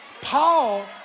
Paul